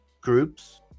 groups